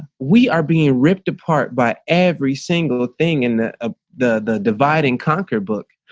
we are being ripped apart by every single thing in the ah the divide and conquer book.